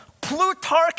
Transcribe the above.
Plutarch